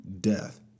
death